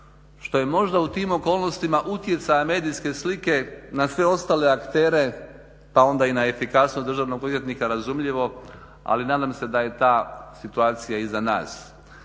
što je možda u tim okolnostima utjecaja medijske slike na sve ostale aktere pa onda i na efikasnost državnog odvjetnika razumljivo, ali nadam se da je ta situacija iz nas.